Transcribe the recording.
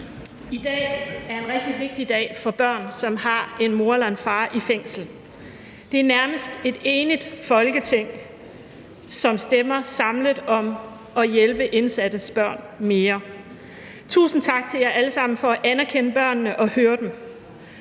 I dag er en rigtig vigtig dag for børn, som har en mor eller en far i fængsel. Det er nærmest et enigt Folketing, som stemmer samlet om at hjælpe indsattes børn mere. Tusind tak til jer alle sammen for at anerkende børnene og høre dem.